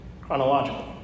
chronological